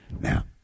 Now